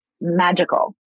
magical